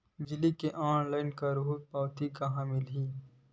बिजली के ऑनलाइन करहु पावती कहां ले मिलही?